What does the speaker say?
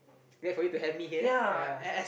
glad for you to have me here ya